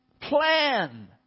Plan